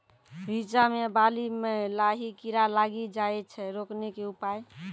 रिचा मे बाली मैं लाही कीड़ा लागी जाए छै रोकने के उपाय?